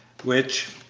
which,